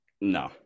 No